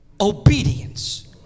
obedience